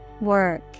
Work